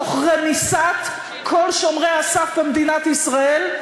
תוך רמיסת כל שומרי הסף במדינת ישראל,